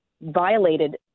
violated